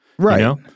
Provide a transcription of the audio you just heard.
Right